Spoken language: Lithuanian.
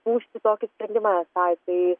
skųsti tokį sprendimą esą jisai